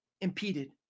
impeded